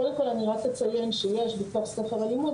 קודם כל אני רק אציין שיש בתוך ספר הלימוד,